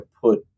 put